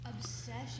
obsession